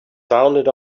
sounded